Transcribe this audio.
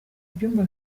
ibyumba